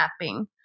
mapping